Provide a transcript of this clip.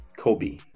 Kobe